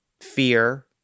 fear